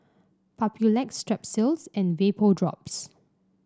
Papulex Strepsils and Vapodrops